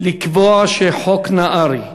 לקבוע שחוק נהרי,